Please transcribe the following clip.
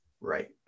Right